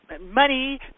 money